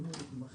אם הוא יימחק,